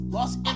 Lost